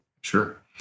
Sure